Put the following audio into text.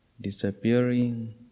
disappearing